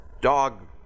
dog